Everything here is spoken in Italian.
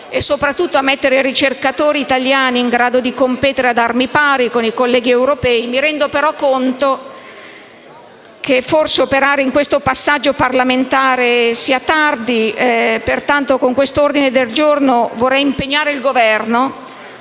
e soprattutto a mettere i ricercatori italiani in grado di competere ad armi pari con i colleghi europei. Mi rendo però conto che forse operare in questo passaggio parlamentare sia tardi. Pertanto con questo ordine del giorno vorrei impegnare il Governo...